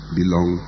belong